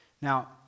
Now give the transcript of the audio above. Now